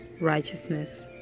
righteousness